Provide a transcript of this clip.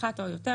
אחת או יותר,